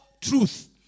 truth